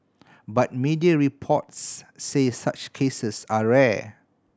but media reports say such cases are rare